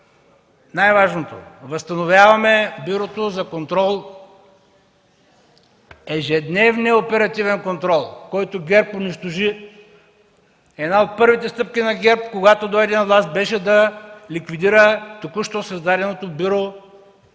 най-важното – възстановяваме Бюрото за контрол, ежедневния и оперативен контрол, който ГЕРБ унищожи. Една от първите стъпки на ГЕРБ, когато дойде на власт, беше да ликвидира току-що създаденото Бюро